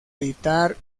editar